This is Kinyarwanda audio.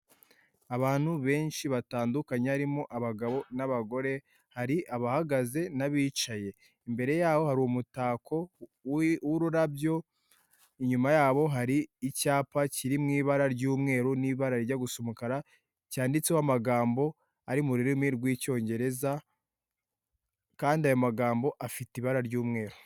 Abantu benshi batandukanye harimo abagabo n'abagore hari abahagaze n'abicaye. Imbere yabo hari umutako w'ururabyo, inyuma yabo hari icyapa kiri mu ibara ry'umweru n'ibara rijya gusa umukara cyanditseho amagambo ari mu rurimi rw'icyongereza kandi ayo magambo afite ibara ry'umweru.